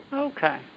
Okay